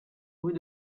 rue